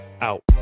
out